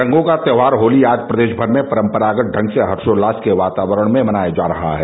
रंगो का त्योहार होली आज प्रदेश भर में परम्परागत ढंग से हर्षोल्लास के वातावरण में मनाया जा रहा है